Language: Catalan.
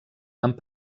amb